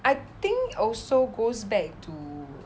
I think also goes back to